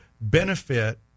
benefit